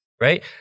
Right